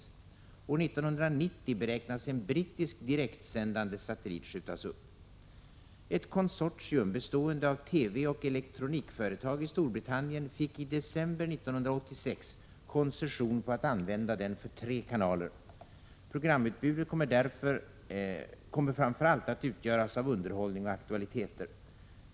År 1990 beräknas en brittisk direktsändande satellit skjutas upp. Ett konsortium, bestående av TV och elektronikföretag i Storbritannien, fick i december 1986 koncession på att använda den för tre kanaler. Programutbudet kommer framför allt att utgöras av underhållning och aktualiteter.